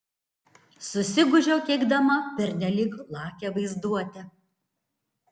susigūžiau keikdama pernelyg lakią vaizduotę